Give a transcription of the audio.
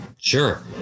sure